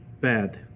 bad